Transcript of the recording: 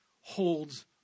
holds